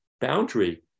boundary